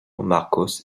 marcos